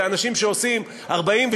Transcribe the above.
זה אנשים שעושים 40,